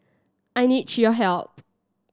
I need your help